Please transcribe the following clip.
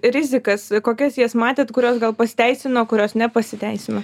rizikas kokias jas matėt kurios gal pasiteisino kurios nepasiteisino